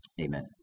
Amen